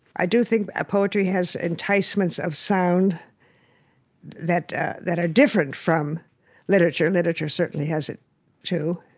i do think poetry has enticements of sound that that are different from literature. literature certainly has it too,